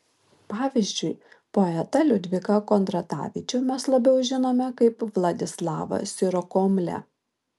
pavyzdžiui poetą liudviką kondratavičių mes labiau žinome kaip vladislavą sirokomlę